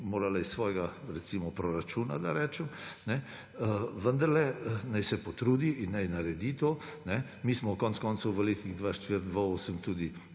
morala iz svojega, recimo, proračuna, da rečem, vendarle naj se potrudi in naj naredi to. Mi smo konec koncev v letih 2004–2008 tudi